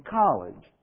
college